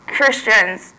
Christians